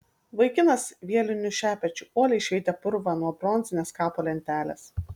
vaikinas vieliniu šepečiu uoliai šveitė purvą nuo bronzinės kapo lentelės